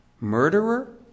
Murderer